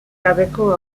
gabeko